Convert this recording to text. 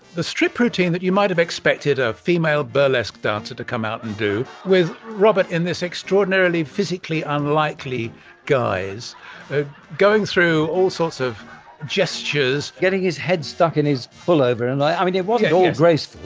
the strip routine that you might've expected a female burlesque dancer to come out and do. with robert in this extraordinarily physically unlikely guise going through all sorts of gestures getting his head stuck in his pullover and i mean it wasn't all